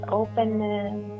openness